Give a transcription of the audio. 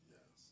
Yes